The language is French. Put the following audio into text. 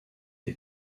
des